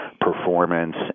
performance